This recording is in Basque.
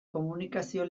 komunikazio